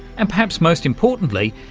and, perhaps most importantly,